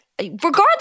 Regardless